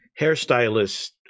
hairstylist